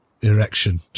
erection